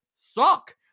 suck